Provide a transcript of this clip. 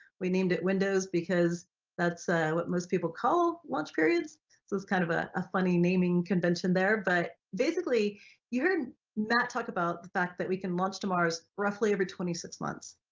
we named it windows because that's what most people call launch periods so it's kind of a ah funny naming convention there. but basically you heard matt talk about the fact that we can launch to mars roughly every twenty six months,